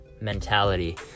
mentality